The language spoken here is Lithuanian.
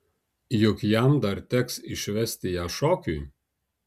juk jam dar teks išvesti ją šokiui